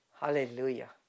Hallelujah